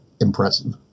impressive